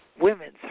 Women's